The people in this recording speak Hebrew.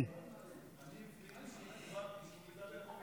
אני קיבלתי אישור לדבר או מפה או על הדוכן.